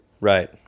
Right